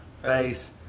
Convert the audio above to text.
face